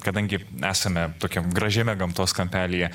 kadangi esame tokiam gražiame gamtos kampelyje